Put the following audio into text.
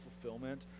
fulfillment